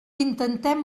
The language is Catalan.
intentem